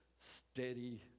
steady